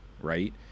right